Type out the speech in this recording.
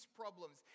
problems